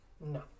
No